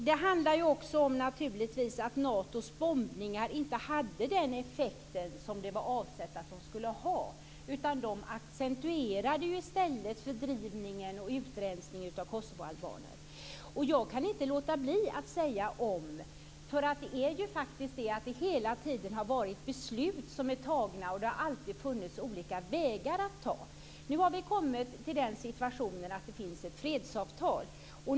Fru talman! Det handlar naturligtvis också om att Natos bombningar inte hade den effekt som det var avsett att de skulle ha, Biörsmark. De accentuerade i stället fördrivningen och utrensningen av kosovoalbaner. Jag kan inte låta bli att säga "om". Det har hela tiden fattats beslut, och det har alltid funnits olika vägar att gå. Nu har vi kommit till den situationen att det finns ett fredsavtal.